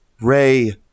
Ray